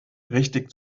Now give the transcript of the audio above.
richtig